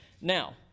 Now